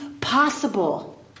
possible